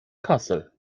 kassel